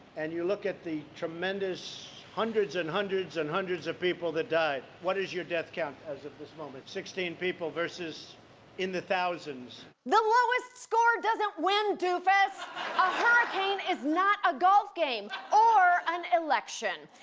and you look at the tremendous hundreds and hundreds and hundreds of people that died. what is your death count as of this moment? sixteen people versus in the thousands. the lowest score doesn't win, doofus. a hurricane is not a golf game or an election.